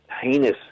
heinous